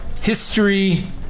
History